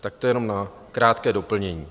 Tak to jenom na krátké doplnění.